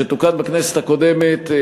שתוקן בכנסת הקודמת,